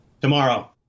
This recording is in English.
Tomorrow